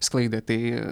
sklaidą tai